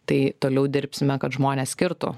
tai toliau dirbsime kad žmonės skirtų